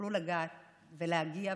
יוכלו לגעת ולהגיע,